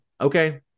Okay